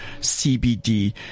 CBD